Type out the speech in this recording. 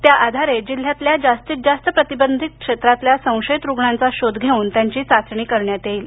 त्या आधारे जिल्हयातल्या जास्तीत जास्त प्रतिबंधित क्षेत्रातल्या संशयित रुग्णांचा शोध घेऊन त्यांची चाचणी करण्यात येईल